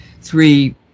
three